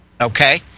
Okay